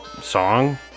song